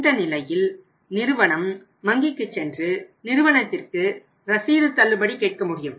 இந்த நிலையில் நிறுவனம் வங்கிக்கு சென்று நிறுவனத்திற்கு ரசீது தள்ளுபடி கேட்கமுடியும்